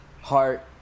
heart